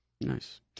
Nice